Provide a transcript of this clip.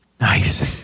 Nice